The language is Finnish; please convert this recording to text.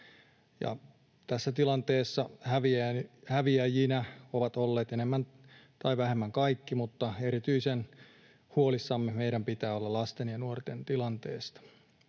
tässä tilanteessa häviäjinä ovat olleet enemmän tai vähemmän kaikki, mutta erityisen huolissamme meidän pitää olla lasten ja nuorten tilanteesta.